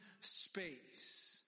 space